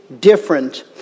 different